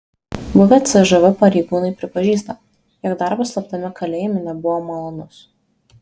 buvę cžv pareigūnai pripažįsta jog darbas slaptame kalėjime nebuvo malonus